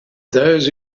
those